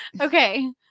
Okay